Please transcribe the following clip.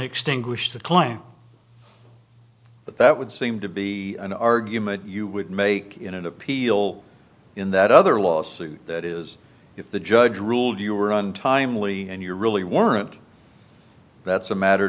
extinguish the claim but that would seem to be an argument you would make in an appeal in that other lawsuit that is if the judge ruled you were untimely and you're really weren't that's a matter